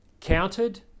counted